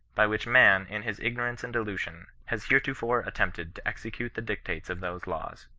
by which man, in his igno rance and delusion, has heretofore attempted to execute the dictates of those laws.